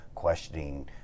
Questioning